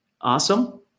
awesome